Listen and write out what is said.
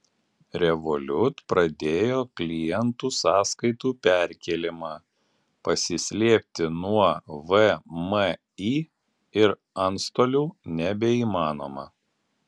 revolut pradėjo klientų sąskaitų perkėlimą pasislėpti nuo vmi ir antstolių nebeįmanoma